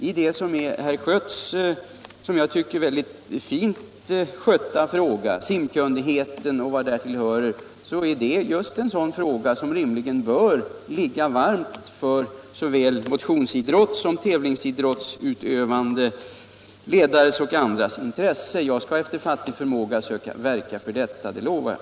Herr Schötts, som jag tycker, mycket fint skötta sektor, sim kunnigheten och vad därtill hör, är just en sådan fråga som bör ligga nära såväl motionsidrottsutövande som tävlingsidrottsutövande ledares och andras intresse. Jag skall efter fattig förmåga söka verka för den sektorn — det lovar jag.